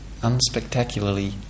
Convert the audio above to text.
unspectacularly